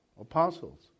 apostles